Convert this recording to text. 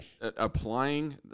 applying